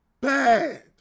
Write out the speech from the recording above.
bad